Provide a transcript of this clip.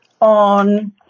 on